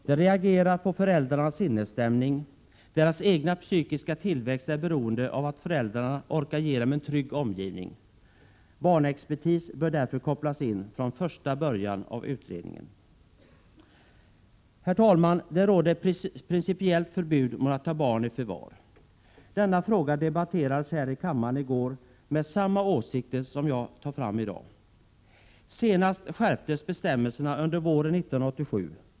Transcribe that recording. De reagerar på föräldrarnas sinnesstämning. Deras egen psykiska tillväxt är beroende av att föräldrarna orkar ge dem en trygg omgivning. Barnexpertis bör därför kopplas in från första början av utredningen. Herr talman! Det råder ett principiellt förbud mot att ta barn i förvar. Denna fråga debatterades här i kammaren i går, varvid samma åsikter framfördes som jag i dag hävdar. Senast skärptes bestämmelserna under våren 1987.